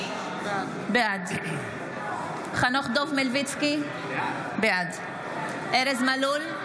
בעד חנוך דב מלביצקי, בעד ארז מלול,